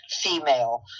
female